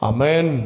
Amen